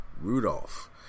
Rudolph